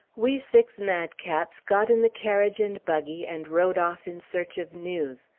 we six madcaps got in the carriage and buggy, and rode off in search of news.